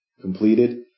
completed